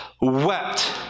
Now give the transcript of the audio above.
wept